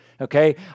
Okay